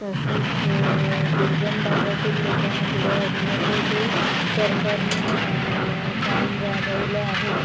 तसंच दुर्गम भागातील लोकांना पुढे आणण्याचं जे सरकारने काम राबवलं आहे